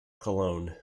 cologne